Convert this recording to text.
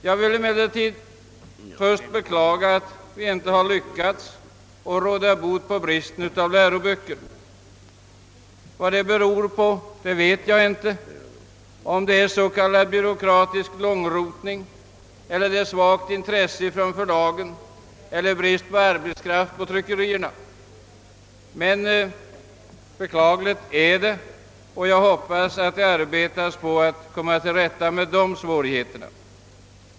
Jag vill först beklaga att vi inte har lyckats råda bot på bristen på läroböcker. Jag vet inte om det beror på s.k. byråkratisk långrotning, svagt intresse från förlagen eller otillräcklig arbetskraft på tryckerierna. Beklaglig är bristen emellertid, och jag hoppas att det arbetas på att komma till rätta med dessa svårigheter.